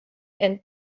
and